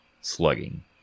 slugging